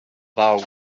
vow